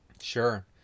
Sure